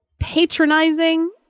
patronizing